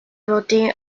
routing